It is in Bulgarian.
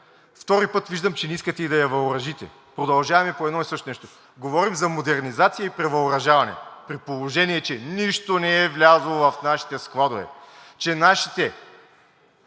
втори път виждам, че не искате и да я въоръжите. Продължаваме по едно и също нещо: говорим за модернизация и превъоръжаване, при положение че нищо не е влязло в нашите складове. Че нашите